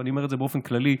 אני אומר את זה באופן כללי,